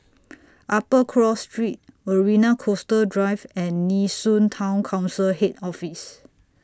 Upper Cross Street Marina Coastal Drive and Nee Soon Town Council Head Office